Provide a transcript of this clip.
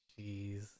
Jeez